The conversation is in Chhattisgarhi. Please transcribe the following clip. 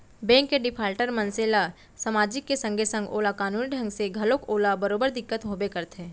बेंक ले डिफाल्टर मनसे ल समाजिक के संगे संग ओला कानूनी ढंग ले घलोक ओला बरोबर दिक्कत होबे करथे